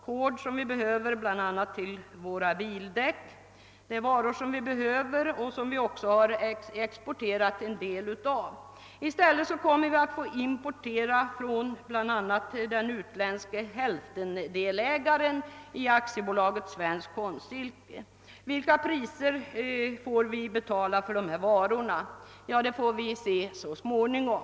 Båda dessa produkter är varor som vi behöver — den senare bl.a. till våra bildäck — och som vi även exporterat en del av. I stället kommer vi nu att få importera dem bl.a. från den utländske hälftendelägaren i Svenskt Konstsilke AB. Vilka priser kommer vi att få betala för dessa varor? Ja, det får vi se så småningom.